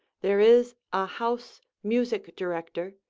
there is a house music director,